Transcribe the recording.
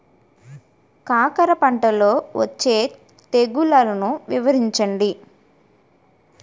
కాకర పంటలో వచ్చే తెగుళ్లను వివరించండి?